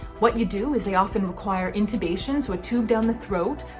what you do is they often require intubation. so a tube down the throat,